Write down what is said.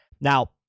Now